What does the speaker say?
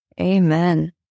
Amen